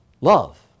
Love